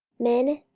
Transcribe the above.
men,